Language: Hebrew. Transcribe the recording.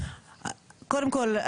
קודם כל,